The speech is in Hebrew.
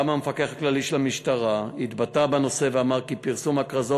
גם המפקח הכללי של המשטרה התבטא בנושא ואמר כי פרסום הכרזות